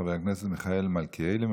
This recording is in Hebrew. חבר הכנסת מיכאל מלכיאלי,